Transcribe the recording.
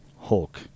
Hulk